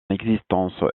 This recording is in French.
existence